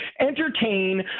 entertain